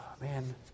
man